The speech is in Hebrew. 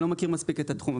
אני לא מכיר מספיק את התחום,